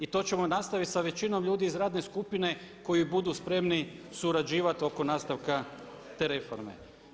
I to ćemo nastaviti sa većinom ljudi iz radne skupine koji budu spremni surađivati oko nastavka te reforme.